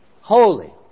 holy